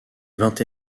vingt